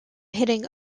hitting